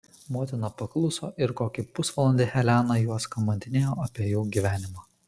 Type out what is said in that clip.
motina pakluso ir kokį pusvalandį helena juos kamantinėjo apie jų gyvenimą